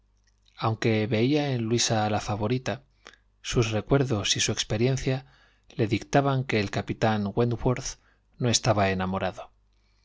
aunque veía en luisa a la favorita sus recuerdos y su experiencia le dictaban que el capitán wentworbh no estaba enamorado más